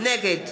נגד